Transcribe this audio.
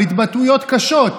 על התבטאויות קשות,